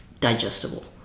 digestible